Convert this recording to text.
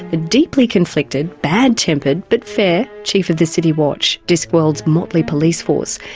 the deeply conflicted, bad-tempered but fair chief of the city watch, discworld's motley police force.